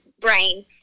brain